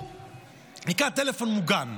זה נקרא טלפון מוגן.